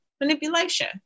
manipulation